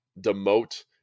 demote